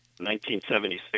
1976